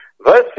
Verse